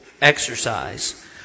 exercise